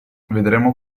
vedremo